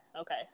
Okay